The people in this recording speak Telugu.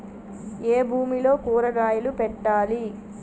ఏ భూమిలో కూరగాయలు పెట్టాలి?